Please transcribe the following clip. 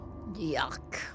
Yuck